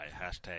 Hashtag